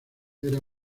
era